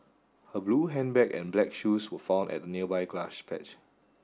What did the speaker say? her blue handbag and black shoes were found at a nearby grass patch